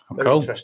cool